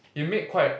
he made quite